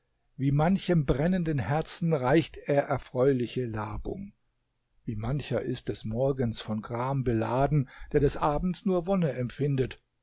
wie manchem brennenden herzen reicht er erfreuliche labung wie mancher ist des morgens von gram beladen der des abends nur wonne empfindet